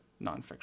nonfiction